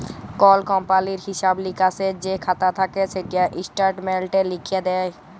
call কমপালির হিঁসাব লিকাসের যে খাতা থ্যাকে সেটা ইস্ট্যাটমেল্টে লিখ্যে দেয়